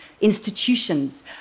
institutions